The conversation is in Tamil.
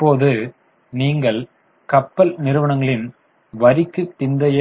இப்போது நீங்கள் கப்பல் நிறுவனங்களின் வரிக்குப் பிந்தைய